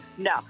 No